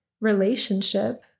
relationship